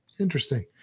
Interesting